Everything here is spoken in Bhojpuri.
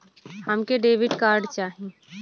हमके डेबिट कार्ड चाही?